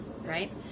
right